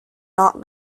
not